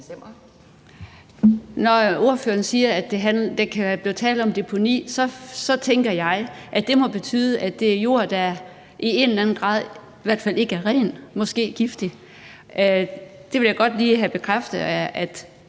Når ordføreren siger, at der kan blive tale om deponi, så tænker jeg, at det må betyde, at det er jord, der i en eller anden grad i hvert fald ikke er ren, og som måske er giftig. Der vil jeg godt lige høre, hvad